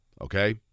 okay